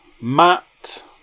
Matt